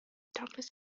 darkness